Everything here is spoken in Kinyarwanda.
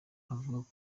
avuga